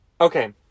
Okay